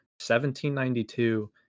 1792